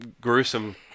gruesome